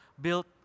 built